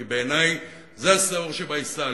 כי בעיני זה השאור שבעיסה,